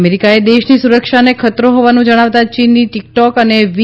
અમેરીકાએ દેશની સુરક્ષાને ખતરો હોવાનું જણાવતાં ચીનની ટીકટોક અને વી